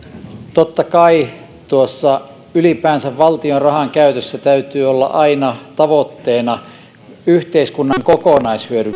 totta kai ylipäänsä valtion rahankäytössä täytyy olla aina tavoitteena yhteiskunnan kokonaishyödyn